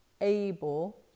able